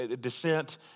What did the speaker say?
descent